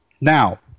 Now –